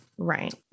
Right